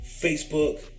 Facebook